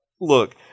Look